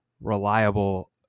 reliable